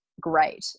Great